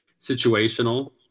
situational